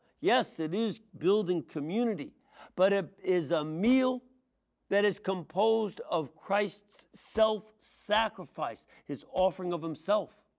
yes it is building community but it is a meal that is composed of christ's self-sacrifice. his offering of himself.